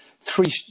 three